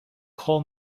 call